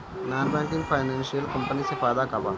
Non banking financial company से का फायदा बा?